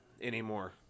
anymore